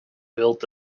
built